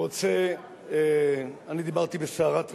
אני רוצה, אני דיברתי בסערת רגשות.